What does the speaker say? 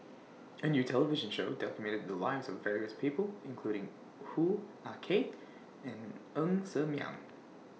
A New television Show documented The Lives of various People including Hoo Ah Kay and Ng Ser Miang